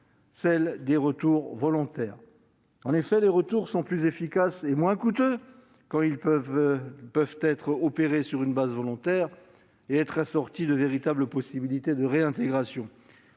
celle des retours volontaires. En effet, les retours sont plus efficaces et moins coûteux quand ils peuvent se dérouler sur une base volontaire et s'accompagner de véritables chances de réintégration.